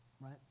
Right